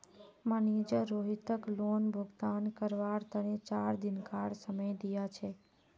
manager रोहितक loan भुगतान करवार तने चार दिनकार समय दिया छे